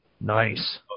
Nice